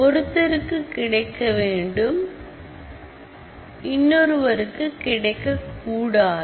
ஒருத்தருக்கு கிடைக்க வேண்டும் இன்னொருவருக்கு கிடைக்கக் கூடாது